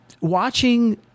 watching